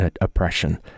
oppression